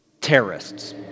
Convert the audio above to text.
Terrorists